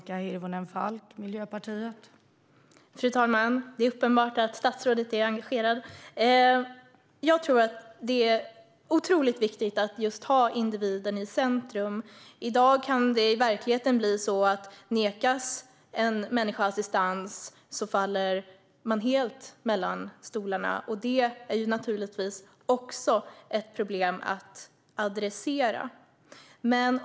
Fru talman! Det är uppenbart att statsrådet är engagerad. Det är otroligt viktigt att ha individen i centrum. I dag kan det i verkligheten bli så att om en människa nekas assistans faller man helt mellan stolarna. Det är naturligtvis också ett problem att adressera.